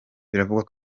biravugwa